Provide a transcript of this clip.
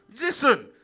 Listen